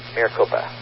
Maricopa